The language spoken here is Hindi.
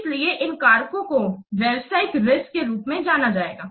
इसलिए इन कारकों को व्यावसायिक रिस्क के रूप में जाना जाएगा